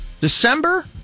December